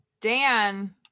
Dan